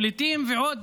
פליטים ועוד